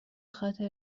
خاطر